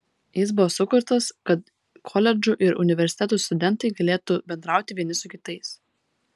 jis buvo sukurtas kad koledžų ir universitetų studentai galėtų bendrauti vieni su kitais